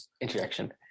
introduction